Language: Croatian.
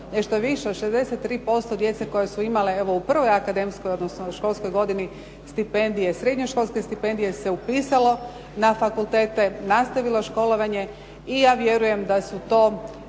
nešto više od 63% djece koja su imali evo u prvoj akademskoj, odnosno školskoj godini stipendije, srednjoškolske stipendije se upisalo na fakultete, nastavilo školovanje i ja vjerujem da su to